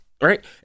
right